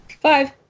Five